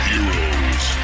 Heroes